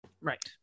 Right